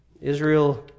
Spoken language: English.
Israel